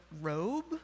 robe